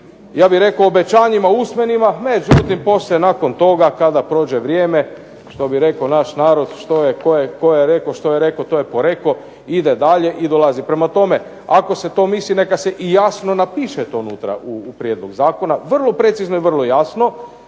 ja bih rekao obećanjima usmenima …/Ne razumije se./… nakon toga kada prođe vrijeme, što bi rekao naš narod što je, tko je rekao što je rekao, to je poreko, ide dalje i dolazi. Prema tome ako se to misli neka se i dalje jasno napiše to unutra u prijedlog zakona, vrlo precizno i vrlo jasno,